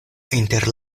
inter